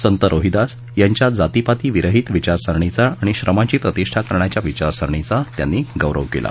संत रोहिदास यांच्या जातीपाती विरहित विचारसरणीचा आणि श्रमाची प्रतिष्ठा करण्याच्या विचारसरणीचा त्यांनी गौरव केला